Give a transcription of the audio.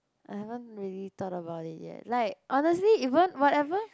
I haven't really thought about it yet like honestly even whatever